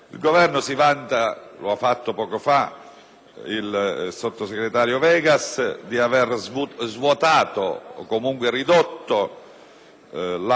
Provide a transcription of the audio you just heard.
il sottosegretario Vegas - di aver svuotato o comunque ridotto l'ambito di operatività dello strumento della legge di